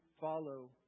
follow